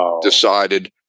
decided